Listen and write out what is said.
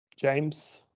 James